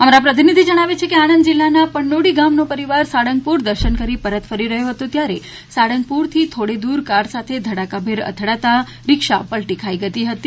અમારા પ્રતિનિધિ જણાવે છે કે આણંદ જિલ્લાના પંડોળી ગામનો પરિવાર સાળંગપુર દર્શન કરી પરત ફરી રહ્યો હતો ત્યારે સાળંગપુરથી થોડે દુર કાર સાથે ધડાકાભેર અથડાતા રીક્ષા પલટી ખાઈ ગઈ હતી